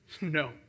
No